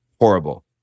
horrible